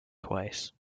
twice